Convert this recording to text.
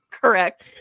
correct